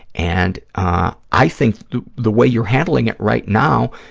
and i think the way you're handling it right now